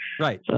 right